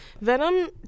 Venom